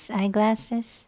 eyeglasses